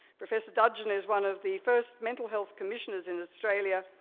professor dudgeon is one of the first mental health commissioners in australia,